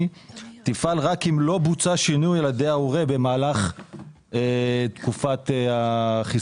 תפעל רק אם לא בוצע שינוי על ידי ההורה במהלך תקופת החיסכון?